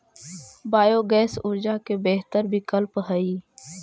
biogas ऊर्जा के बेहतर विकल्प हई